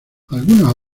algunas